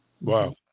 Wow